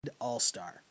all-star